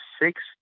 six